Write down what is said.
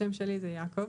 השם שלי יעקב,